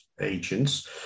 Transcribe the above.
agents